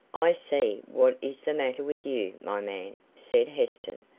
i see what is the matter with you, my man, said heston.